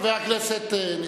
חבר הכנסת נסים זאב,